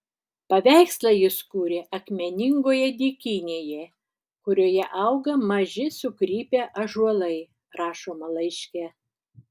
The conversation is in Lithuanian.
paveikslą jis kūrė akmeningoje dykynėje kurioje auga maži sukrypę ąžuolai rašoma laiške